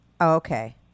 Okay